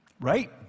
Right